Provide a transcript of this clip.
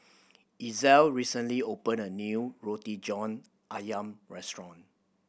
Ezell recently opened a new Roti John Ayam restaurant